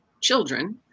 children